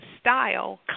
style